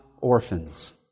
orphans